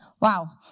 wow